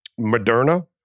Moderna